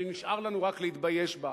שנשאר לנו רק להתבייש בה.